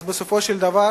בסופו של דבר